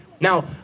Now